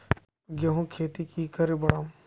गेंहू खेती की करे बढ़ाम?